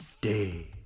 day